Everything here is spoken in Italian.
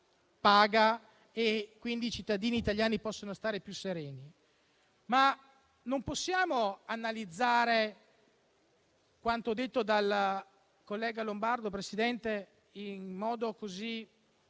paga e che i cittadini italiani possono stare più sereni. Ma non possiamo analizzare quanto detto dal collega Lombardo, signor Presidente, in modo così